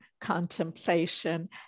contemplation